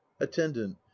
Attendant